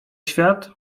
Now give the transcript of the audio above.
świat